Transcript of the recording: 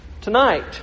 tonight